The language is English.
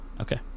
okay